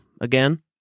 again